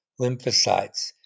lymphocytes